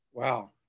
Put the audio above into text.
Wow